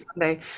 Sunday